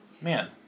man